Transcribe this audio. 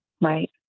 Right